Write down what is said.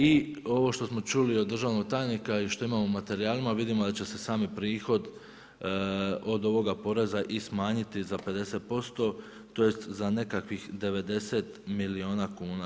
I ovo što smo čuli od državnog tajnika i što imamo u materijalima vidimo da će se sami prihod od ovoga poreza i smanjiti za 50%, tj. za nekakvih 90 milijuna kuna.